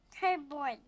cardboard